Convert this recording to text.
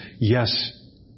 Yes